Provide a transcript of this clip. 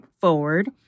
forward